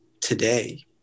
today